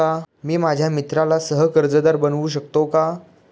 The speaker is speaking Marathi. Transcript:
मी माझ्या मित्राला सह कर्जदार बनवू शकतो का?